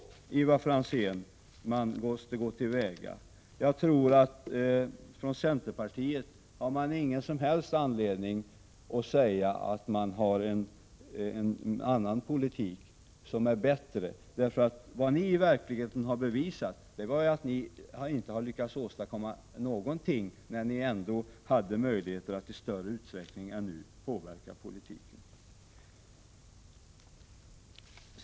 Ivar Franzén, det är på detta sätt som man måste gå till väga. Från centerpartiet har man ingen som helst anledning att säga att man har en annan politik som är bättre. Vad centerpartisterna verkligen har bevisat är att de inte lyckades åstadkomma något när de verkligen hade möjlighet att i större utsträckning än nu påverka politiken.